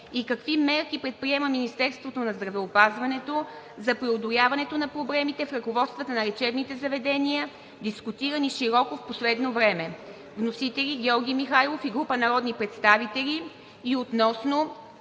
и какви мерки предприема Министерството на здравеопазването за преодоляването на проблемите в ръководствата на лечебните заведения, дискутирани широко в последно време, вносители – Георги Михайлов и група народни представители, и относно